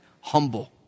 Humble